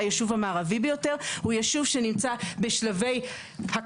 להכיר באנשים שקיימים מלפני קום המדינה על אדמתם,